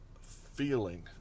feeling